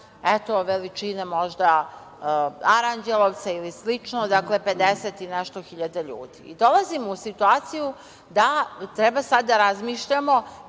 eto, možda, Aranđelovca ili slično, dakle, 50 i nešto hiljada ljudi. I dolazimo u situaciju da treba sad da razmišljamo